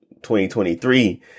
2023